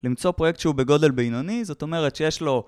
למצוא פרויקט שהוא בגודל בינוני, זאת אומרת שיש לו...